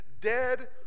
dead